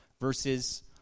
verses